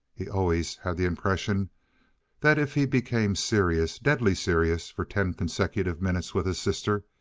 he always had the impression that if he became serious, deadly serious for ten consecutive minutes with his sister,